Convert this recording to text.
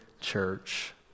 church